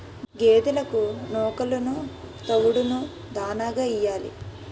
గేదెలకు నూకలును తవుడును దాణాగా యియ్యాలి